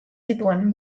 zituen